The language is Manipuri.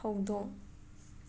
ꯍꯧꯗꯣꯡ